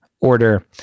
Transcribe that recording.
order